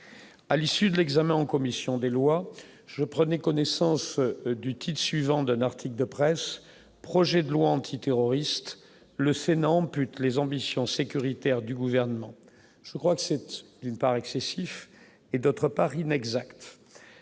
à l'issue de l'examen en commission des lois, je prenais connaissance du type suivant d'un article de presse, projet de loi antiterroriste le Sénat ampute les ambitions sécuritaires du gouvernement, je crois que c'est d'une part, excessif et, d'autre part, inexact,